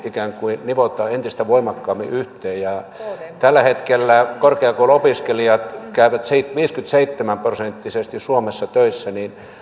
ikään kuin nivotaan entistä voimakkaammin yhteen tällä hetkellä korkeakouluopiskelijat suomessa käyvät viisikymmentäseitsemän prosenttisesti töissä